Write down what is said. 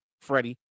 Freddie